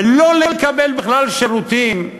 ולא לקבל בכלל שירותים,